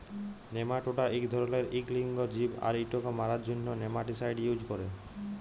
nematoda ইক ধরলের ইক লিঙ্গ জীব আর ইটকে মারার জ্যনহে নেমাটিসাইড ইউজ ক্যরে